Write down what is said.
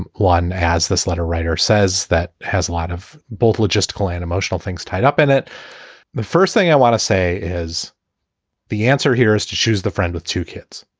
and one, as this letter writer says, that has a lot of both logistical and emotional things tied up in it the first thing i want to say is the answer here is to choose the friend with two kids.